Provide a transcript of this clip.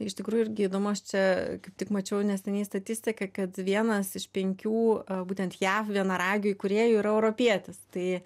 iš tikrųjų irgi įdomu aš čia kaip tik mačiau neseniai statistiką kad vienas iš penkių būtent jav vienaragio įkūrėjų yra europietis tai